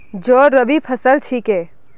जौ रबी फसल छिके